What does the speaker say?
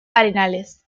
arenales